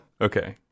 Okay